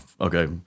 okay